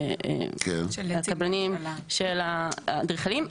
הקבלנים של האדריכלים,